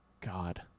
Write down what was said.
God